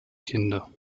kinder